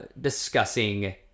discussing